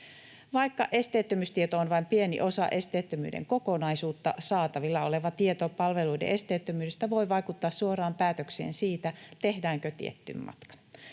Vaikka esteettömyystieto on vain pieni osa esteettömyyden kokonaisuutta, saatavilla oleva tieto palveluiden esteettömyydestä voi vaikuttaa suoraan päätökseen siitä, tehdäänkö tietty matka.